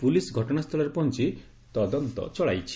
police ଘଟଣାସ୍କୁଳରେ ପହଞି ତଦନ୍ତ ଚଳାଇଛି